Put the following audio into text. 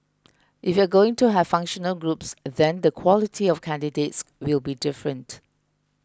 if you're going to have functional groups then the quality of candidates will be different